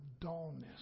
dullness